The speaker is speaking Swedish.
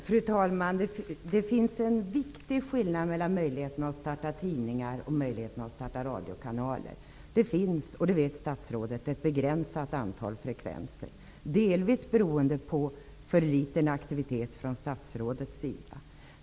Fru talman! Det finns en viktig skillnad mellan möjligheten att starta tidningar och möjligheten att starta radiokanaler. Det finns, vilket statsrådet vet, bara ett begränsat antal frekvenser. Det beror delvis på för liten aktivitet från statsrådets sida.